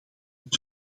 het